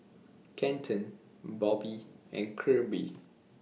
Kenton Bobbie and Kirby